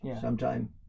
sometime